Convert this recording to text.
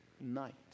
night